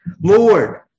Lord